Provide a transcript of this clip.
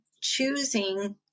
choosing